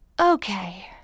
okay